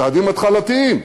צעדים התחלתיים,